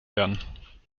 werden